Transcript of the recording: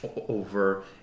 over